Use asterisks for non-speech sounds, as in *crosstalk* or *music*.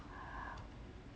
*breath*